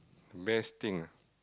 best thing ah